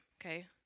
Okay